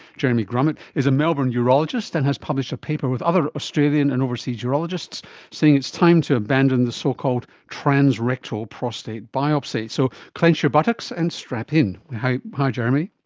jeremy grummet is a melbourne urologist and has published a paper with other australian and overseas urologists saying it's time to abandon the so-called transrectal prostate biopsy. so clench your buttocks and strapping. hi hi jeremy.